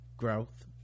growth